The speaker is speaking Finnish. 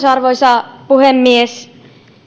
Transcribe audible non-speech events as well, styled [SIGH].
[UNINTELLIGIBLE] arvoisa puhemies